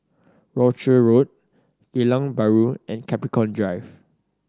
Rochor Road Geylang Bahru and Capricorn Drive